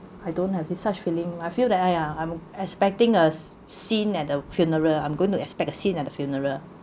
I don't have this such feeling I feel that I !aiya! I'm expecting a scene at the funeral I'm going to expect a scene at the funeral